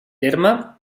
terme